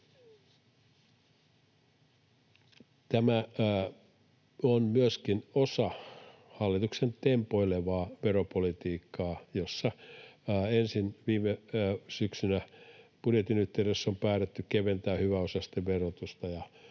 Tämä on myöskin osa hallituksen tempoilevaa veropolitiikkaa, jossa ensin viime syksynä budjetin yhteydessä on päätetty keventää hyväosaisten verotusta